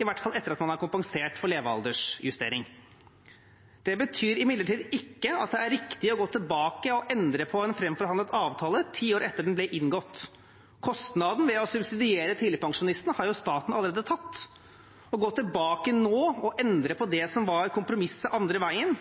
i hvert fall etter at man har kompensert for levealdersjustering. Det betyr imidlertid ikke at det er riktig å gå tilbake og endre på en framforhandlet avtale ti år etter at den ble inngått. Kostnaden ved å subsidiere tidligpensjonistene har jo staten allerede tatt. Å gå tilbake nå og endre på det som var kompromisset den andre veien,